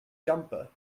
jumper